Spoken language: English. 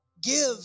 give